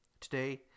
Today